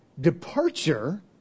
departure